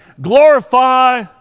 glorify